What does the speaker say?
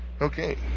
Okay